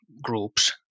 Groups